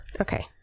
Okay